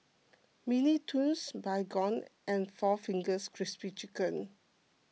Mini Toons Baygon and four Fingers Crispy Chicken